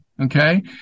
Okay